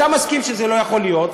אתה מסכים שזה לא יכול להיות,